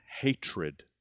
hatred